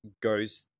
goes